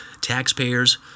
taxpayers